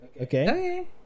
Okay